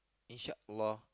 in short uh